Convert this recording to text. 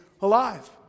alive